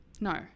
no